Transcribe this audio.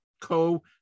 co